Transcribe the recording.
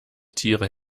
tiere